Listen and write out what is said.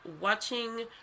watching